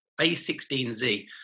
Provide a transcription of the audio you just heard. a16z